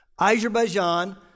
Azerbaijan